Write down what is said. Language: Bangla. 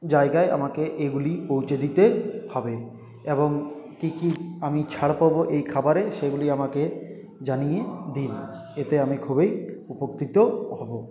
জায়গায় আমাকে এইগুলি পৌঁছে দিতে হবে এবং কী কী আমি ছাড় পাব এই খাবারে সেগুলি আমাকে জানিয়ে দিন এতে আমি খুবই উপকৃত হব